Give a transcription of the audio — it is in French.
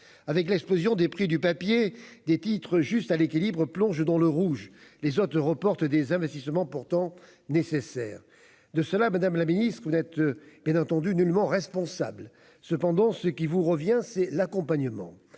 avec l'explosion des prix du papier, des titres juste à l'équilibre, plonge dans le rouge, les autres reporte des investissements pourtant nécessaires de cela, Madame la Ministre, vous êtes bien entendu nullement responsable cependant ce qui vous revient, c'est l'accompagnement,